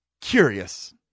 curious